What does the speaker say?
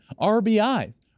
RBIs